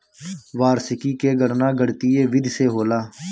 वार्षिकी के गणना गणितीय विधि से होला